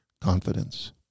confidence